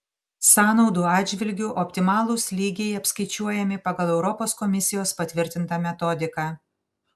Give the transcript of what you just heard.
sąnaudų atžvilgiu optimalūs lygiai apskaičiuojami pagal europos komisijos patvirtintą metodiką